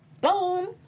boom